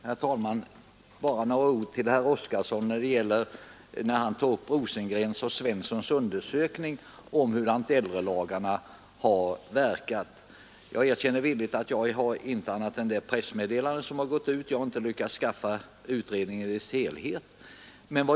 Herr talman! Bara några ord till herr Oskarson i Halmstad. Han tog upp Rosengrens och Svenssons undersökning om hur äldrelagarna har verkat. Jag erkänner villigt att jag inte har lyckats skaffa hela utredningen och inte fått se annat än det pressmeddelande som har gått ut.